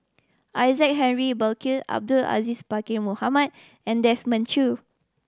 Isaac Henry Burkill Abdul Aziz Pakkeer Mohamed and Desmond Choo